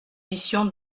mission